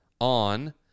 on